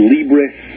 Libris